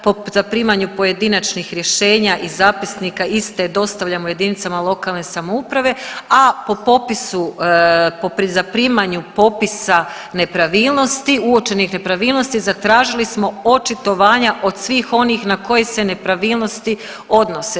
Po zaprimanju pojedinačnih rješenja i zapisnika iste dostavljamo jedinicama lokalne samouprave, a po popisu, pri zaprimanju popisa nepravilnosti, uočenih nepravilnosti zatražili smo očitovanja od svih onih na koje se nepravilnosti odnose.